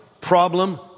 problem